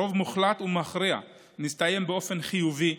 "רוב מוחלט ומכריע נסתיים באופן חיובי,